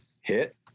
hit